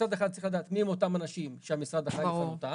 מצד אחד צריך לדעת מיהם אותם אנשים שהמשרד אחראי לפנותם.